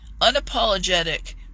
unapologetic